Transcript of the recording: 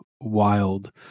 wild